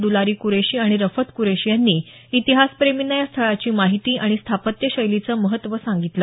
दुलारी कुरेशी आणि रफत कुरेशी यांनी इतिहासप्रेमींना या स्थळाची माहिती आणि स्थापत्यशैलीचं महत्त्व सांगितलं